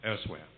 elsewhere